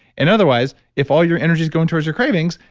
and otherwise if all your energy is going towards your cravings,